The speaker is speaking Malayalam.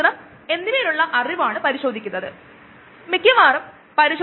ഇങ്ങനെയുള്ള പ്രക്രിയയെ ആണ് ബാച്ച് പ്രോസസ്സ് അല്ലെകിൽ ഒരു ബയോറിയാക്ടറുടെ ബാച്ച് ഓപ്പറേഷൻ എന്ന് പറയുന്നത്